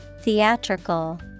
Theatrical